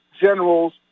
generals